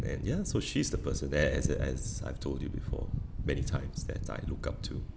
and ya so she's the person that as as I've told you before many times that I look up to